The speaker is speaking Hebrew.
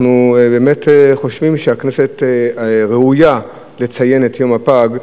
אנחנו באמת חושבים שהכנסת ראויה לציין את יום הפג,